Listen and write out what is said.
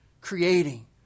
creating